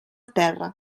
terra